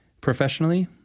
Professionally